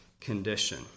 condition